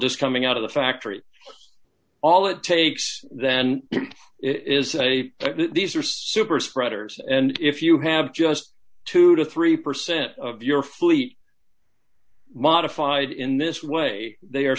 just coming out of the factory all it takes then is a these are super spreaders and if you have just two to three percent of your fleet modified in this way they